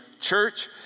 church